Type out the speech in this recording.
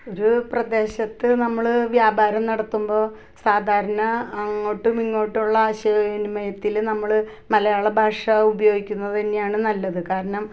ഒരു പ്രദേശത്ത് നമ്മൾ വ്യാപാരം നടത്തുമ്പോൾ സാധാരണ അങ്ങോട്ടും ഇങ്ങോട്ടുമുള്ള ആശയവിനിമയത്തിൽ നമ്മൾ മലയാള ഭാഷ ഉപയോഗിക്കുന്നത് തന്നെയാണ് നല്ലത് കാരണം